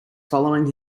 following